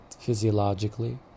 physiologically